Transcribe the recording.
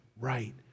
right